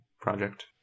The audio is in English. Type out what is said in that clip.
project